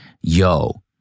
yo